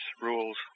rules